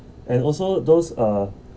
and also those uh